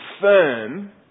firm